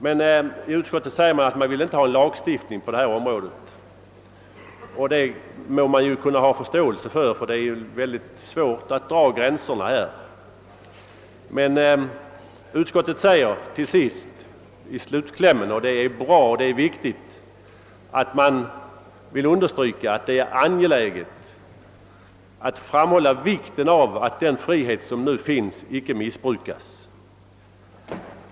Men utskottet önskar inte någon lagstiftning på området, och man kan ha förståelse härför, eftersom det naturligtvis är mycket svårt att dra gränserna. Utskottet skriver till sist — och det är mycket viktigt — att det är angeläget att den frihet som nu finns inte missbrukas.